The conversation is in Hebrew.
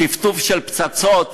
טפטוף של פצצות